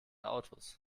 autos